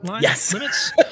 yes